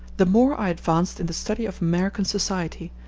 the more i advanced in the study of american society,